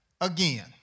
again